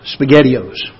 SpaghettiOs